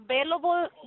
available